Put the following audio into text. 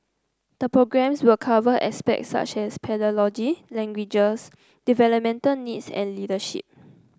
the programmes will cover aspects such as pedagogy languages developmental needs and leadership